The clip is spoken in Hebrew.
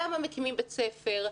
למה מקימים בית ספר.